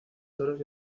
toros